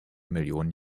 millionen